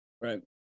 Right